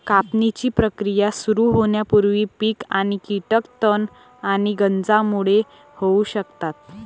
कापणीची प्रक्रिया सुरू होण्यापूर्वी पीक आणि कीटक तण आणि गंजांमुळे होऊ शकतात